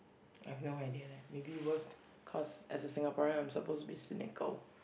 I have no idea leh maybe worst cause as a Singaporean I'm supposed to be cynical